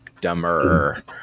Dumber